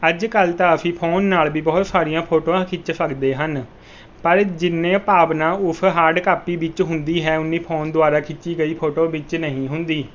ਅੱਜ ਕੱਲ੍ਹ ਤਾਂ ਅਸੀਂ ਫੋਨ ਨਾਲ ਵੀ ਬਹੁਤ ਸਾਰੀਆਂ ਫੋਟੋਆਂ ਖਿੱਚ ਸਕਦੇ ਹਨ ਪਰ ਜਿੰਨੀ ਭਾਵਨਾ ਉਸ ਹਾਰਡ ਕਾਪੀ ਵਿੱਚ ਹੁੰਦੀ ਹੈ ਓਨੀ ਫੋਨ ਦੁਆਰਾ ਖਿੱਚੀ ਗਈ ਫੋਟੋ ਵਿੱਚ ਨਹੀਂ ਹੁੰਦੀ